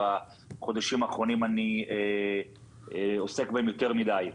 שבחודשים האחרונים אני עוסק בו יותר מדי.